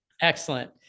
Excellent